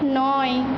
নয়